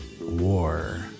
War